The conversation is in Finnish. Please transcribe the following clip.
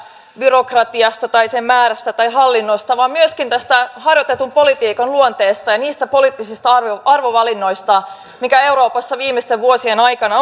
byrokratiasta tai sen määrästä tai hallinnosta vaan myöskin tästä harjoitetun politiikan luonteesta ja niistä poliittisista arvovalinnoista mitä euroopassa viimeisten vuosien aikana